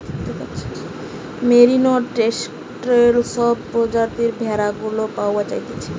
merino, texel সব প্রজাতির ভেড়া গুলা পাওয়া যাইতেছে